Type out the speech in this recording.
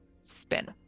spin